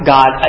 God